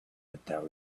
without